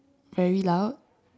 very loud